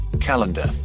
calendar